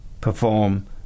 perform